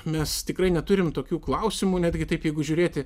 mes tikrai neturim tokių klausimų netgi taip jeigu žiūrėti